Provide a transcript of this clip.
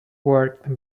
worked